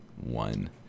one